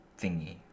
thingy